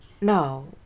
No